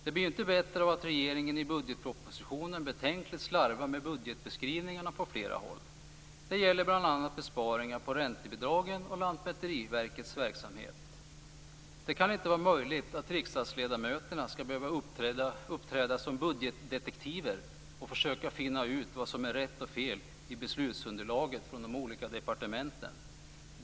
Det blir inte bättre av att regeringen i budgetpropositionen betänkligt slarvar med budgetbeskrivningarna på flera håll. Det gäller bl.a. besparingarna på räntebidragen och Lantmäteriverkets verksamhet. Det kan inte vara möjligt att riksdagsledamöterna skall behöva uppträda som budgetdetektiver och försöka finna ut vad som är rätt och fel i beslutsunderlaget från de olika departementen.